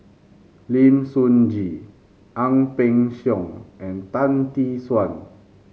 Lim Sun Gee Ang Peng Siong and Tan Tee Suan